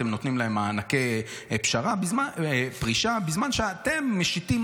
אתם נותנים להם מענקי פרישה בזמן שאתם משיתים